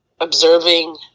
observing